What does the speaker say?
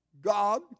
God